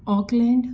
Auckland